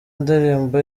indirimbo